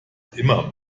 immer